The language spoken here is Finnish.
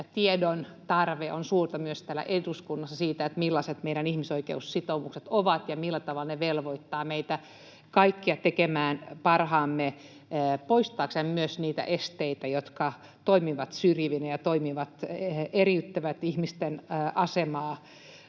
tiedon tarve on suurta myös täällä eduskunnassa siitä, millaiset meidän ihmisoikeussitoumukset ovat ja millä tavalla ne velvoittavat meitä kaikkia tekemään parhaamme myös poistaaksemme niitä esteitä, jotka toimivat syrjivinä ja eriyttävät ihmisten asemaa